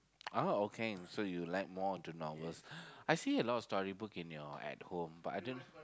oh okay so you like more of the novels I see a lot of storybooks in your at home but I didn't